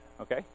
okay